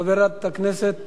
חברת הכנסת